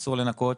אסור לנכות,